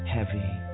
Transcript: Heavy